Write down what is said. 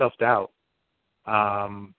self-doubt